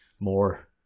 more